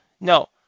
No